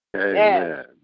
Amen